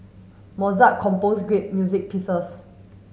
Mozart compose great music pieces